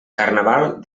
carnaval